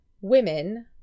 Women